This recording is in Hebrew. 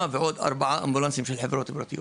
ועוד ארבעה אמבולנסים של חברות פרטיות.